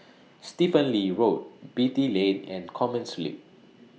Stephen Lee Road Beatty Lane and Commerce